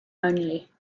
only